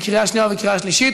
בקריאה שנייה ובקריאה שלישית.